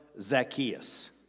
Zacchaeus